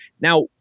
Now